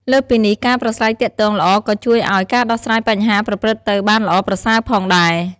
លើសពីនេះ ការប្រាស្រ័យទាក់ទងល្អក៏ជួយឲ្យ ការដោះស្រាយបញ្ហាប្រព្រឹត្តទៅបានល្អប្រសើរ ផងដែរ។